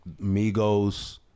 Migos